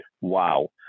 wow